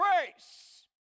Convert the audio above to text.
grace